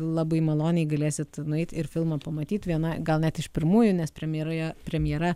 labai maloniai galėsit nueit ir filmą pamatyt viena gal net iš pirmųjų nes premjeroje premjera